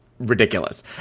ridiculous